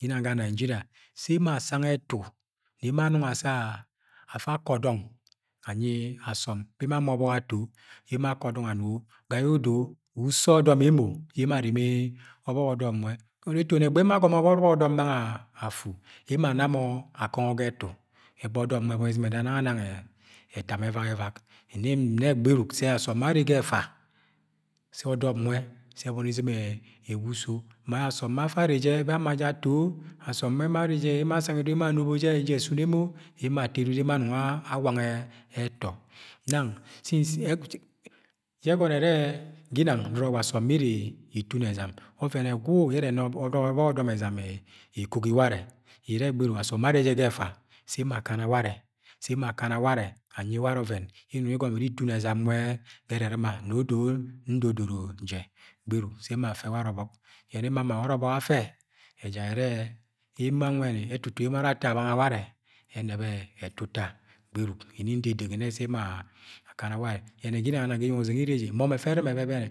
Ga inang ga Nigeria. Se emo asang ẹtu ne emo anong assẹ afa kọ dọng anyi asọm bẹ emo ama ọbọk ato. bẹ akọ dọng anugo. Ga yẹ odo wa uso ọdọm emo yẹ emo areme o̱bo̱k o̱dọm nwẹ pout etoni e̱gbẹghẹ ye emo a gomo ọbọk odom nang afu, emo ana mọ ẹkongọ ga ẹtu. Ẹba ọdọm nwe ebọni izɨm nwẹ eda nanga nang etama ẹvagẹvag. Nnẹ gberuk sẹ asọm arve ga ẹfa sẹ ọdọm nwe̱ ẹbọni izɨm ẹwa uso ma asọm afa arre jẹ, be ama je̱ ato, asom ma emo arre emo ara asang edude yẹ emo anobo eje ọsuni emo, emo ato edudu yẹ emo anong awanga ẹtọ. Nang, since yẹ e̱gọnọ ẹrẹ ginang no̱rọ wa asom bẹ iri itun ezam, ọvẹn ẹgwu ye̱ ẹna ọbọk ọdọm ezam ekogi ware̱ irẹ gberuk asom bẹ arre jẹ ga ẹfa se̱ emo akana ware sẹ emo akana ware anyi ware ọvẹn yẹ inong igom iri itun e̱zam nwẹ ga e̱rɨrɨma nẹ odo ndodoro jẹ Gberuksẹ emo afe ware obok yene emo ama ware̱ obok afe! ejẹrẹ emo anwẹni ẹtutun yẹ emo ato abanga warẹ ẹnẹb ẹtuta Gberuk nni ndedengi nnẹ se emo akana warẹ. Yẹnẹ ginang eyeng ọzẹng yẹ ire je mọ. nm ẹfẹ ẹrɨrɨm ẹbẹbẹnẹ.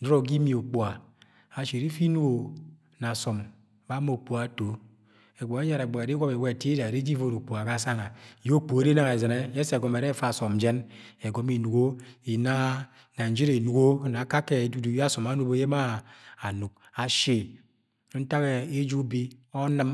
Nọrọ ga imi ukpuga, ashi iri ifi inugo na bẹ ama ukpuga ata. E̱gbẹghẹ ejara ẹgbẹghe iri iwọbo iwa ẹtida iri iji ivoko ukpuga sana yẹ ukpuga ere inang ẹzɨnẹ yẹ ẹsẹ ẹsọmọ ẹrẹ ẹfẹ asọm jẹn igom inugo inna Nigeria enugo na ạkakẹ ẹdudu yẹ asọm anobo yẹ anug. ashi ntak eje ubi, unɨm.